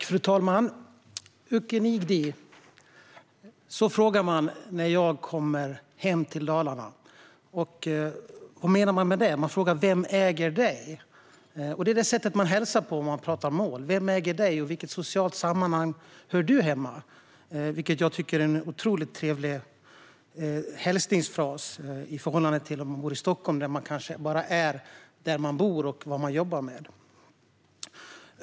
Fru talman! Uken ig di? Så frågar man när jag kommer hem till Dalarna. Och vad menar man med det? Man frågar: Vem äger dig? Det är det sätt man hälsar på när man pratar mål. Vem äger dig, och i vilket socialt sammanhang hör du hemma? Det tycker jag är en otroligt trevlig hälsningsfras i förhållande till dem man hör om man bor i Stockholm, där man kanske bara är det ställe man bor på och vad man jobbar med.